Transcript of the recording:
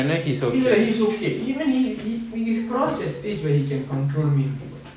இல்ல இல்ல:illa illa he's okay even he he's crossed the stage where he can control me